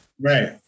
Right